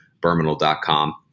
Berminal.com